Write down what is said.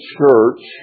church